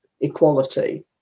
equality